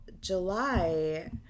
July